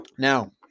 Now